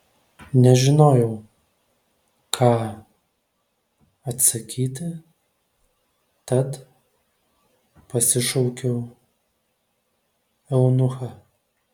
nežinojau ką atsakyti tad pasišaukiau eunuchą